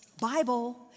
Bible